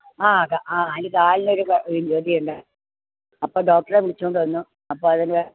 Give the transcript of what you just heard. ആ ത ആ അതിൻ്റെ കാലിനൊരു അപ്പോൾ ഡോക്ടറെ വിളിച്ചുകൊണ്ട് വന്നു അപ്പോൾ അതിൻ്റെ